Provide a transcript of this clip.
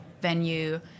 venue